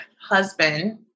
husband